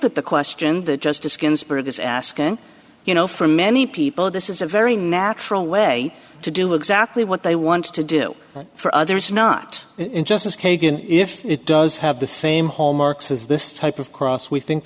that the question that justice ginsburg is asking you know for many people this is a very natural way to do exactly what they want to do for others not in justice kagan if it does have the same hallmarks is this type of cross we think